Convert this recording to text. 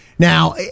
Now